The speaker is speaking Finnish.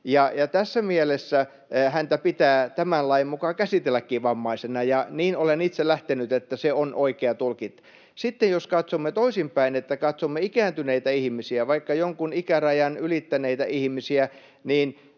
tässä mielessä häntä pitää tämän lain mukaan käsitelläkin vammaisena, ja siitä olen itse lähtenyt, että se on oikea tulkinta. Sitten jos katsomme toisinpäin, että katsomme ikääntyneitä ihmisiä, vaikka jonkun ikärajan ylittäneitä ihmisiä,